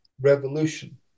revolution